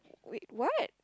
wait what